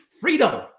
freedom